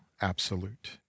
absolute